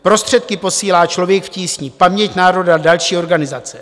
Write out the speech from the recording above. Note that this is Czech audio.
Prostředky posílá Člověk v tísni, Paměť národa a další organizace.